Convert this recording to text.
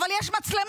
אבל יש מצלמות.